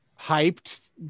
hyped